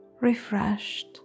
refreshed